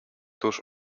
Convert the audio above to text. tuż